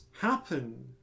happen